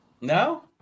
No